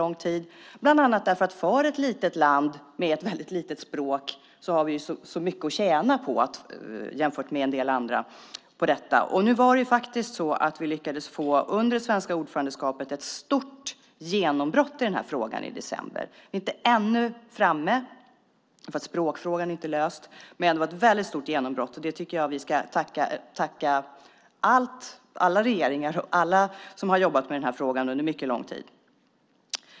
Det beror bland annat på att vi som ett litet land med ett litet språk har så mycket att tjäna på detta jämfört med en del andra. Nu var det faktiskt så att vi under det svenska ordförandeskapet lyckades få ett stort genombrott i denna fråga i december. Vi är ännu inte framme, för språkfrågan inte är löst, men det var ett väldigt stort genombrott. Jag tycker att vi ska tacka alla regeringar och alla som har jobbat med frågan under mycket lång tid.